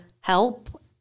help